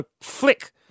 flick